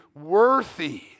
worthy